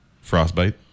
frostbite